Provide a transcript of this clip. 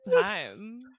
time